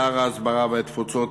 שר ההסברה והתפוצות,